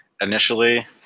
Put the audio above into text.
Initially